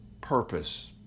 purpose